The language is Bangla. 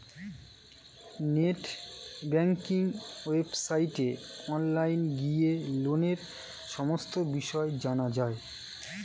নেট ব্যাঙ্কিং ওয়েবসাইটে অনলাইন গিয়ে লোনের সমস্ত বিষয় জানা যায়